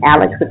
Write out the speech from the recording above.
Alex